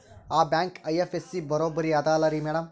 ಆ bank IFSC ಬರೊಬರಿ ಅದಲಾರಿ ಮ್ಯಾಡಂ?